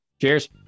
Cheers